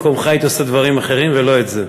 אני במקומך הייתי עושה דברים אחרים ולא את זה,